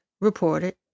reported